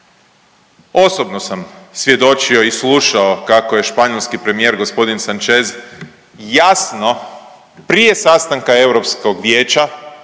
Osobno sam svjedočio i slušao kako je španjolski premijer gospodin Sanchez, jasno prije sastanka Europskog vijeća